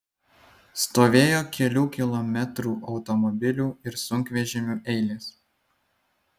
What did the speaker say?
stovėjo kelių kilometrų automobilių ir sunkvežimių eilės